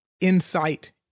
insight